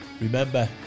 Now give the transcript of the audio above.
Remember